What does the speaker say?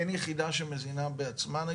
אין יחידה שמזינה בעצמה?